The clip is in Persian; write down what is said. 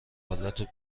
خالتو